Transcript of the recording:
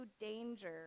danger